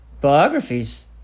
Biographies